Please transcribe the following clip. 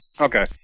Okay